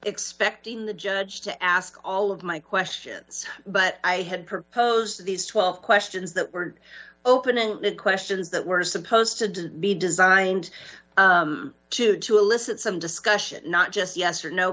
expecting the judge to ask all of my questions but i had proposed these twelve questions that were open ended questions that were supposed to be designed to to elicit some discussion not just yes or no